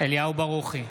אליהו ברוכי,